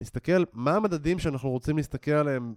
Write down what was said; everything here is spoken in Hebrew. נסתכל מה המדדים שאנחנו רוצים להסתכל עליהם